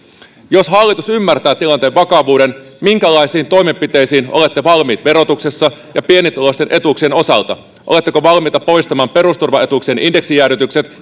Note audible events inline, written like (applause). jos hallitus ymmärtää tilanteen vakavuuden minkälaisiin toimenpiteisiin olette valmiit verotuksessa ja pienituloisten etuuksien osalta oletteko valmiita poistamaan perusturvaetuuksien indeksijäädytykset (unintelligible)